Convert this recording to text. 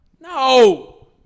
No